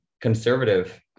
conservative